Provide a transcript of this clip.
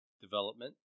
development